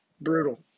brutal